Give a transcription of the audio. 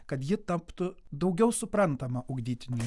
kad ji taptų daugiau suprantama ugdytiniui